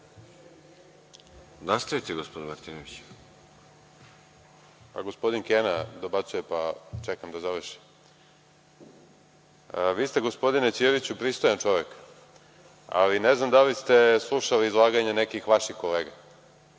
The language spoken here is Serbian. **Aleksandar Martinović** Pa, gospodin Kena dobacuje, pa čekam da završi. Vi ste gospodine Ćirću pristojan čovek, ali ne znam da li ste slušali izlaganje nekih vaših kolega.